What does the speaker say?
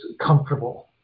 comfortable